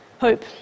Hope